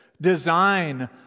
design